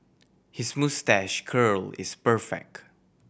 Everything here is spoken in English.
his moustache curl is perfect